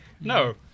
no